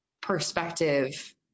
perspective